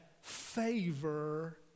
favor